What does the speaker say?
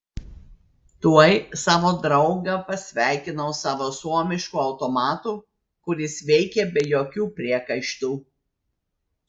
tuoj savo draugą pasveikinau savo suomišku automatu kuris veikė be jokių priekaištų